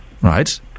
Right